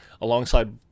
alongside